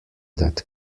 that